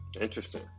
interesting